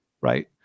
right